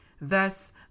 Thus